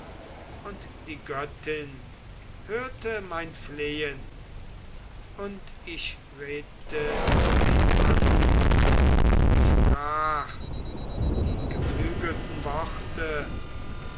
und die göttin hörte mein flehen und ich red'te sie an und sprach die geflügelten worte